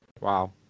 Wow